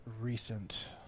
recent